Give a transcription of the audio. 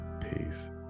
Peace